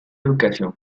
educación